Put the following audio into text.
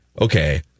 okay